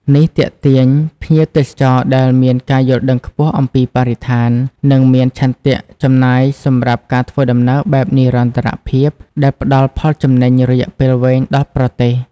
នេះទាក់ទាញភ្ញៀវទេសចរណ៍ដែលមានការយល់ដឹងខ្ពស់អំពីបរិស្ថាន និងមានឆន្ទៈចំណាយសម្រាប់ការធ្វើដំណើរបែបនិរន្តរភាព ដែលផ្តល់ផលចំណេញរយៈពេលវែងដល់ប្រទេស។